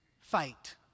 fight